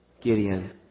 Gideon